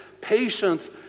Patience